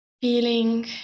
Feeling